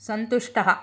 सन्तुष्टः